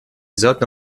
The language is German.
sollten